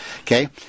okay